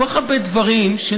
כל כך הרבה דברים נלקחו,